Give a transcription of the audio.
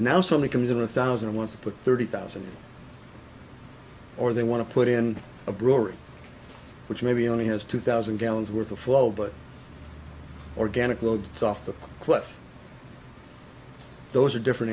something comes in a thousand i want to put thirty thousand or they want to put in a brewery which maybe only has two thousand gallons worth of flow but organic load off the cliff those are different